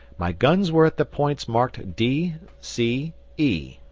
my guns were at the points marked d c e,